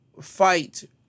fight